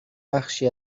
بخشی